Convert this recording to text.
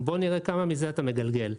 בוא נראה כמה מזה אתה מגלגל.